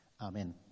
Amen